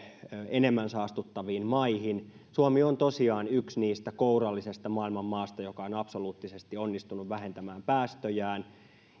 enemmän saastuttaviin maihin suomi on tosiaan yksi niistä kourallisesta maailman maita joka on absoluuttisesti onnistunut vähentämään päästöjään